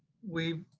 we've